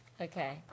Okay